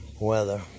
weather